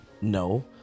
No